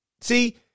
See